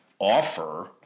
offer